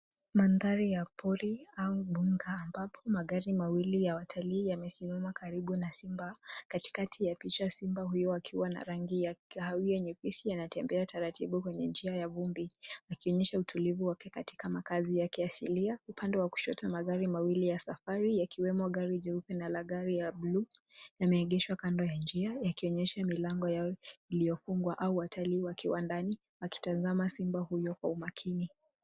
Mandhari ya pori au mbuga ambapo magari mawili ya watalii yamesimama karibu na simba. Katikati ya picha simba huyo akiwa na rangi kahawia nyepesi anatembea taratibu kwenye njia ya vumbi, akionyesha utulivu wake katika makazi yake asilia. Upande wa kushoto magari mawili ya safari yakiwemo gari jeupe na la gari ya bluu yameegeshwa kando ya njia yakionyesha milango yao iliyofungwa au watalii wakiwa ndani wakitazama simba huyo kwa umakini.